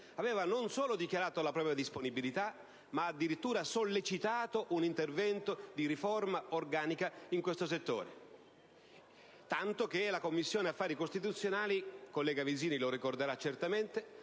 aveva non solo dichiarato la propria disponibilità, ma addirittura sollecitato un intervento di riforma organica del settore, tanto che la Commissione affari costituzionali - il collega Vizzini lo ricorderà certamente